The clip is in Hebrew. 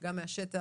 גם מהשטח,